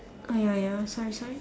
uh ya ya sorry sorry